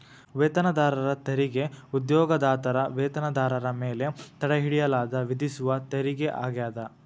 ವೇತನದಾರರ ತೆರಿಗೆ ಉದ್ಯೋಗದಾತರ ವೇತನದಾರರ ಮೇಲೆ ತಡೆಹಿಡಿಯಲಾದ ವಿಧಿಸುವ ತೆರಿಗೆ ಆಗ್ಯಾದ